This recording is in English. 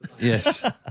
Yes